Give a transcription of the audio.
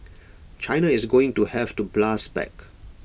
China is going to have to blast back